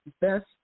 best